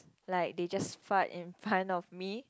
like they just fart in front of me